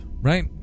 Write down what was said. Right